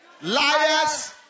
Liars